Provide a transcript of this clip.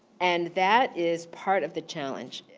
and that is part of the challenge,